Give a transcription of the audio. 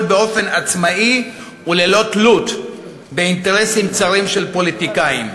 באופן עצמאי וללא תלות באינטרסים צרים של פוליטיקאים.